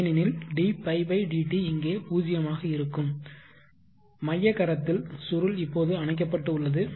ஏனெனில் dϕ dt இங்கே 0 ஆக இருக்கும் மைய கரத்தில் சுருள் இப்போது அணைக்கப்பட்டு உள்ளது